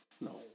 no